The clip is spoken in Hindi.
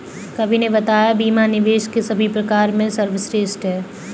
कवि ने बताया बीमा निवेश के सभी प्रकार में सर्वश्रेष्ठ है